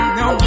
no